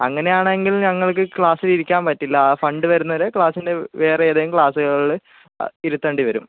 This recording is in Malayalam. അങ്ങനെയാണെങ്കിൽ ഞങ്ങൾക്ക് ക്ലാസ്സിലിരിക്കാൻ പറ്റില്ല ആ ഫണ്ട് വരുന്നത് വരെ ക്ലാസ്സിൻ്റെ വേറേതെങ്കിലും ക്ലാസ്സുകളില് ഇരുത്തേണ്ടി വരും